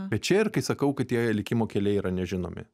bet čia ir kai sakau kad tie likimo keliai yra nežinomi